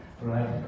right